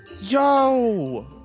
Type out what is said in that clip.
Yo